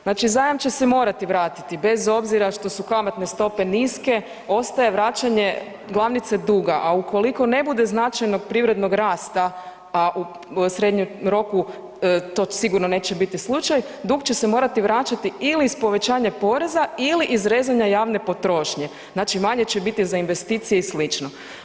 Znači, zajam će se morati vratiti bez obzira što su kamatne stope niske ostaje vraćanje glavnice duga, a ukoliko ne bude značajnog privrednog rasta, a u srednjem roku to sigurno neće biti slučaj, dug će se morati vraćati ili iz povećanja poreza ili iz rezanja javne potrošnje, znači manje će biti za investicije i sl.